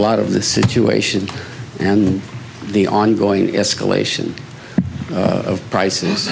lot of the situation and the ongoing escalation of prices